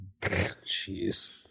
Jeez